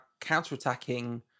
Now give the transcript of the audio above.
counter-attacking